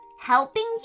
Helping